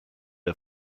der